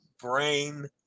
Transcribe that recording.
brain